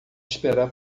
esperar